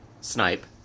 snipe